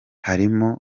harimo